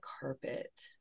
carpet